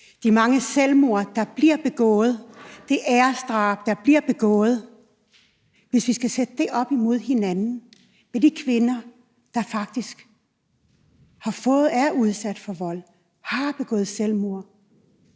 de mange selvmord, der bliver begået, de æresdrab, der bliver begået. Hvis vi skal sætte de her sager med de kvinder, der faktisk er udsat for vold eller har begået selvmord,